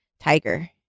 Tiger